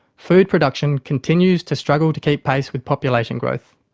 food production continues to struggle to keep pace with population growth.